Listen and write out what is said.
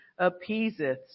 appeaseth